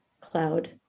cloud